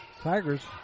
Tigers